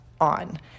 on